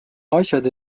asjad